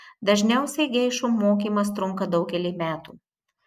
dažniausiai geišų mokymas trunka daugelį metų